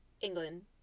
England